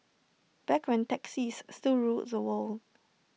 back when taxis still ruled the world